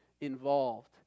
involved